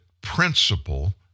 principle